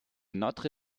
notre